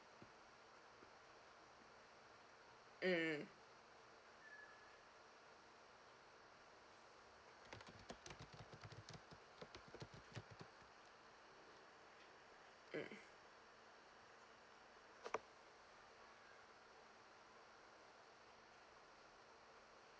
mm